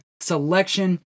selection